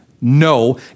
No